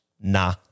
nah